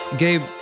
Gabe